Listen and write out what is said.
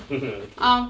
okay